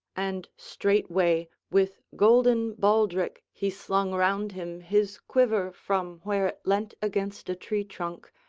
and straightway with golden baldric he slung round him his quiver from where it leant against a tree-trunk,